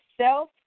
self